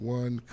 one